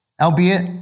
albeit